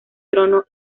trono